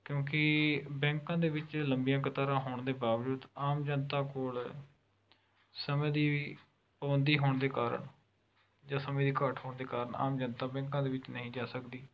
ਕਿਉਂਕਿ ਬੈਂਕਾਂ ਦੇ ਵਿੱਚ ਲੰਬੀਆਂ ਕਤਾਰਾਂ ਹੋਣ ਦੇ ਬਾਵਜੂਦ ਆਮ ਜਨਤਾ ਕੋਲ ਸਮੇਂ ਦੀ ਵੀ ਪਾਬੰਦੀ ਹੋਣ ਦੇ ਕਾਰਨ ਜਾਂ ਸਮੇਂ ਦੀ ਘਾਟ ਹੋਣ ਦੇ ਕਾਰਨ ਆਮ ਜਨਤਾ ਬੈਂਕਾਂ ਦੇ ਵਿੱਚ ਨਹੀਂ ਜਾ ਸਕਦੀ